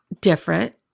different